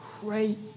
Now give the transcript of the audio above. great